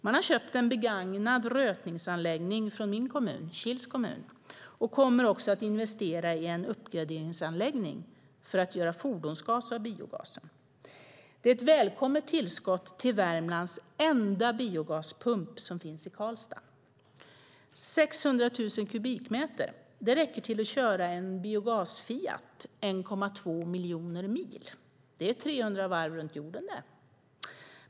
Man har köpt en begagnad rötningsanläggning från min kommun, Kils kommun, och kommer att investera i en uppgraderingsanläggning för att göra fordonsgas av biogas. Det är ett välkommet tillskott till Värmlands enda biogaspump som finns i Karlstad. 600 000 kubikmeter räcker till att köra en biogas-Fiat 1,2 miljoner mil; det är 300 varv runt jorden.